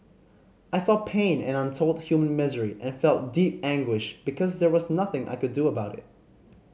I saw pain and untold human misery and felt deep anguish because there was nothing I could do about it